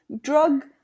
drug